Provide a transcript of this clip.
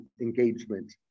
engagement